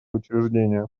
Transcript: учреждения